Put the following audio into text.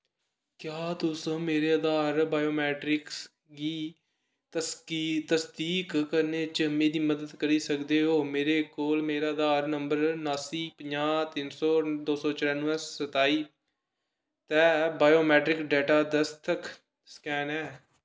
क्या तुस मेरे आधार बायोमैट्रिक्स गी तसदीक करने च मेरी मदद करी सकदे ओ मेरे कोल मेरा आधार नंबर नास्सी पंजाह् तिन्न सौ दो सौ चरानुऐं सताई ते बायोमैट्रिक डेटा दस्तक स्कैन ऐ